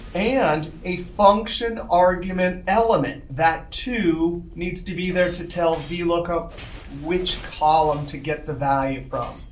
and a function argument element. that too needs to be there to tell vlookup which column to get the value from.